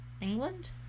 England